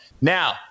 Now